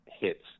hits